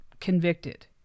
convicted